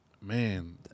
man